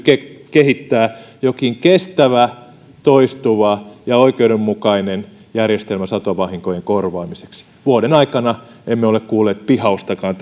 kehittää jokin kestävä toistuva ja oikeudenmukainen järjestelmä satovahinkojen korvaamiseksi vuoden aikana emme ole kuulleet pihaustakaan